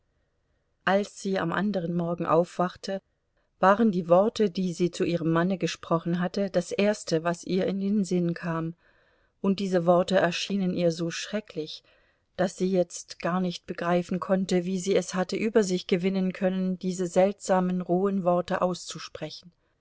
als sie am anderen morgen aufwachte waren die worte die sie zu ihrem manne gesprochen hatte das erste was ihr in den sinn kam und diese worte erschienen ihr so schrecklich daß sie jetzt gar nicht begreifen konnte wie sie es hatte über sich gewinnen können diese seltsamen rohen worte auszusprechen